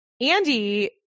Andy